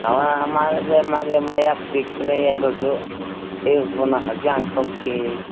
ꯃꯥꯗꯤ ꯃꯥꯗꯤ ꯃꯌꯥꯛ ꯄꯤꯛꯊꯔꯛꯑꯦ ꯑꯗꯨꯁꯨ ꯑꯌꯣꯛꯄꯅ ꯍꯛꯆꯥꯡ ꯁꯣꯛꯇꯦ